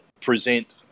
present